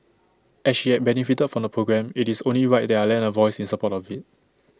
as she had benefited from the programme IT is only right that I lend A voice in support of IT